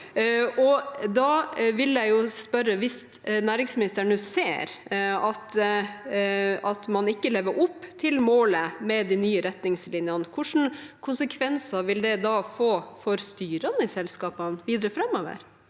Da vil jeg spørre: Hvis næringsministeren nå ser at man ikke lever opp til målet med de nye retningslinjene, hvilke konsekvenser vil det få for styrene i selskapene videre framover?